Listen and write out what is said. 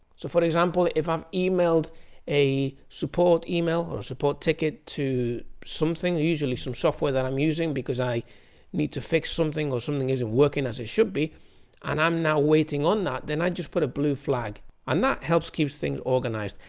so for example if i've emailed a support email or a support ticket to something usually some software that i'm using because i need to fix something or something isn't working as it should be and i'm now waiting on that then i just put a blue flag and that helps keep things organized.